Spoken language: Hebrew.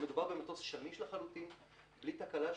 מדובר במטוס שמיש לחלוטין וללא תקלה,